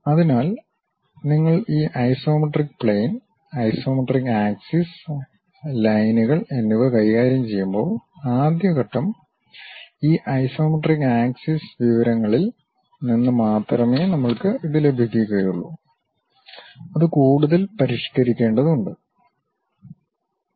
അതിനാൽ നിങ്ങൾ ഈ ഐസോമെട്രിക് പ്ലെയിൻ ഐസോമെട്രിക് ആക്സിസ് ലൈനുകൾ എന്നിവ കൈകാര്യം ചെയ്യുമ്പോൾ ആദ്യ ഘട്ടം ഈ ഐസോമെട്രിക് ആക്സിസ് വിവരങ്ങളിൽ നിന്ന് മാത്രമേ നമ്മൾക്ക് ഇത് ലഭിക്കുകയുള്ളൂ അത് കൂടുതൽ പരിഷ്കരിക്കേണ്ടതുണ്ട്